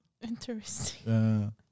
Interesting